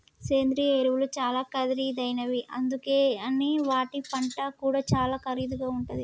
సేంద్రియ ఎరువులు చాలా ఖరీదైనవి అందుకనే వాటి పంట కూడా చాలా ఖరీదుగా ఉంటుంది